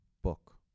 book